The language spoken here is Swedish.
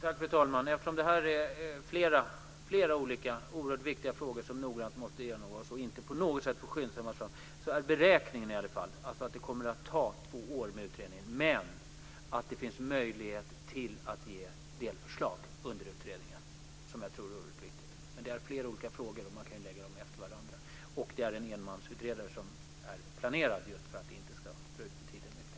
Fru talman! Eftersom det är flera viktiga frågor som noggrant måste genomgås och inte på något sätt får skyndas fram är beräkningen att utredningen kommer att ta två år, men att det finns möjlighet till att ge delförslag under utredningen, vilket jag tror är oerhört viktigt. Men det gäller flera olika frågor, och man kan ju lägga dem efter varandra. Det är en enmansutredning som är planerad, just för att det inte ska dra ut på tiden ytterligare.